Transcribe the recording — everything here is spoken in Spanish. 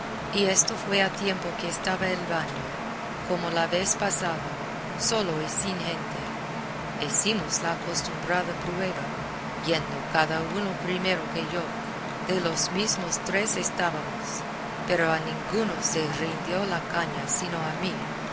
y esto fue a tiempo que estaba el baño como la vez pasada solo y sin gente hecimos la acostumbrada prueba yendo cada uno primero que yo de los mismos tres que estábamos pero a ninguno se rindió la caña sino a mí